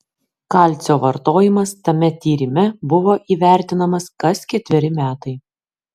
kalcio vartojimas tame tyrime buvo įvertinamas kas ketveri metai